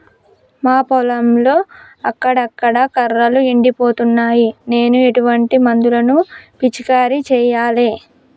మా పొలంలో అక్కడక్కడ కర్రలు ఎండిపోతున్నాయి నేను ఎటువంటి మందులను పిచికారీ చెయ్యాలే?